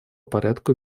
порядку